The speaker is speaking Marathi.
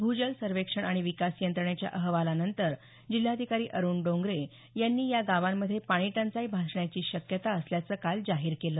भूजल सर्वेक्षण आणि विकास यंत्रणेच्या अहवालानंतर जिल्हाधिकारी अरुण डोंगरे यांनी या गावांमध्ये पाणीटंचाई भासण्याची शक्यता असल्याचं काल जाहीर केलं